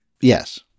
Yes